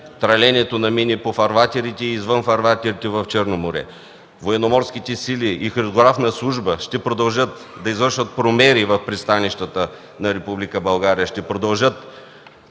траленето на мини по фарватерите и извън фарватерите в Черно море. Военноморските сили и Хидрографската служба ще продължат да извършват промери в пристанищата на Република